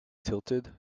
tilted